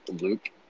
Luke